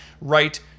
right